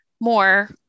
more